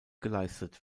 geleistet